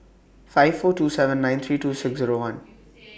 five four two seven nine three two six Zero one